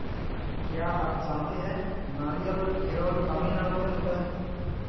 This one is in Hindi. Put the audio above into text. क्या आप जानते है नारियल केरल, तमिलनाडू में होता है?